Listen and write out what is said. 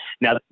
Now